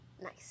nice